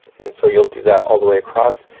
and so you'll do that all the way across.